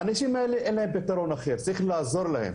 לאנשים האלה אין פיתרון אחר וצריך לעזור להם.